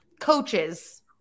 Coaches